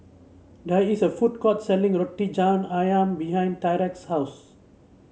there is a food court selling Roti John ayam behind Tyrek's house